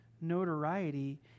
notoriety